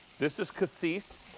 this is cassis.